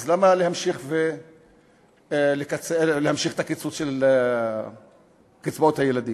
אז למה להמשיך את הקיצוץ של קצבאות הילדים?